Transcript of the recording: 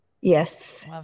Yes